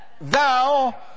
thou